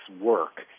work